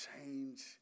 change